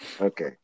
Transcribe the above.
Okay